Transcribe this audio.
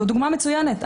זאת דוגמה מצוינת.